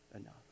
enough